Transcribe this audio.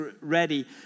ready